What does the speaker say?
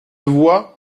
vois